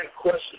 question